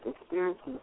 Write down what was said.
experiences